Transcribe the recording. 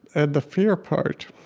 and the fear part,